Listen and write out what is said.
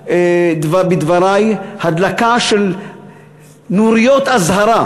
הייתה בדברי הדלקה של נוריות אזהרה,